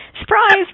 Surprise